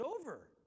over